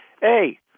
hey